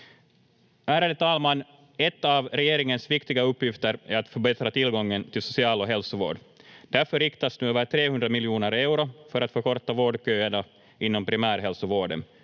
Ärade talman! En av regeringens viktiga uppgifter är att förbättra tillgången till social- och hälsovård. Därför riktas nu över 300 miljoner euro för att förkorta vårdköerna inom primärhälsovården.